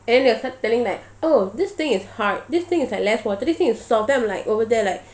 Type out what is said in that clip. and then they will start telling like oh this thing is hard this thing is like less water this thing is like soft then I'm like over there like